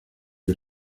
que